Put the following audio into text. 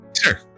sure